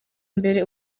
imbere